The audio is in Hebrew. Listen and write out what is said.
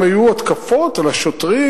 אם היו התקפות על השוטרים,